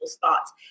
thoughts